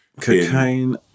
Cocaine